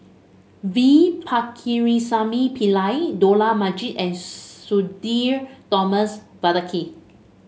V Pakirisamy Pillai Dollah Majid and Sudhir Thomas Vadaketh